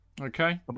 Okay